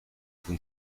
vous